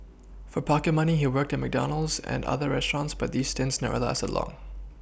for pocket money he worked at McDonald's and other restaurants but these stints never lasted long